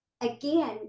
again